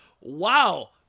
Wow